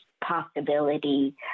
possibility